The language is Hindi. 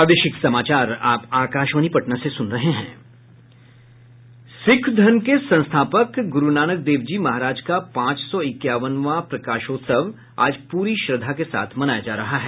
सिख धर्म के संस्थापक गुरूनानक देव जी महाराज का पांच सौ इक्यावनवां प्रकाशोत्सव आज पूरी श्रद्धा के साथ मनाया जा रहा है